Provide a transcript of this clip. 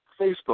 Facebook